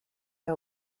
der